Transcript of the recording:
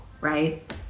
right